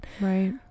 right